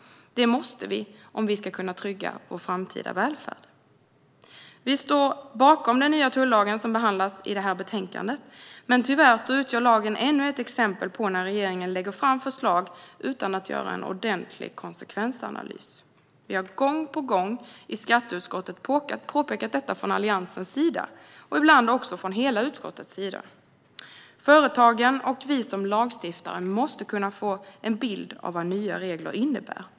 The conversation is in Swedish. Detta måste vi göra om vi ska kunna trygga vår framtida välfärd. Vi står bakom den nya tullagen, som behandlas i detta betänkande, men tyvärr utgör lagen ännu ett exempel på när regeringen lägger fram förslag utan att göra en ordentlig konsekvensanalys. Vi har gång på gång i skatteutskottet påpekat detta från Alliansens sida, och ibland också från hela utskottets sida. Företagen och vi som lagstiftare måste kunna få en bild av vad nya regler innebär.